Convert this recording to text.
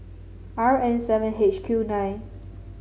R N seven H Q nine